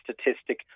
statistic